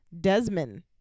Desmond